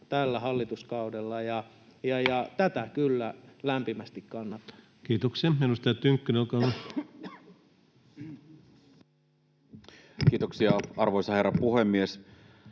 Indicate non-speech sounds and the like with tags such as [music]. tällä hallituskaudella. [noise] Tätä kyllä lämpimästi kannatan. Kiitoksia. — Edustaja Tynkkynen, olkaa hyvä. Kiitoksia, arvoisa herra puhemies!